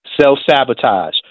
self-sabotage